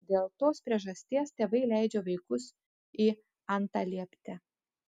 dėl tos priežasties tėvai leidžia vaikus į antalieptę